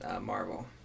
Marvel